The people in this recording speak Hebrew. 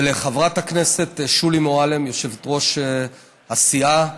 ולחברת הכנסת שולי מועלם, יושבת-ראש הסיעה,